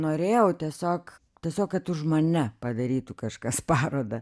norėjau tiesiog tiesiog kad už mane padarytų kažkas parodą